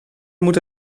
moet